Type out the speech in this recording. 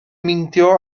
meindio